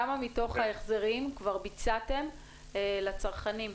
כמה מתוך ההחזרים כבר ביצעתם לצרכנים?